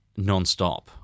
nonstop